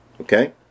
Okay